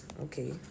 okay